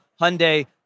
Hyundai